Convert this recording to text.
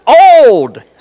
old